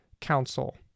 council